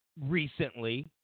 recently